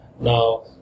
Now